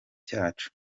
cyacu